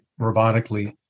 robotically